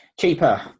cheaper